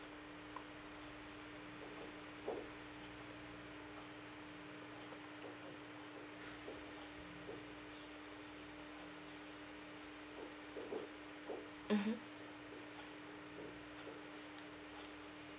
mmhmm